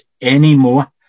anymore